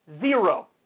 Zero